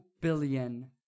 billion